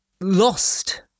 lost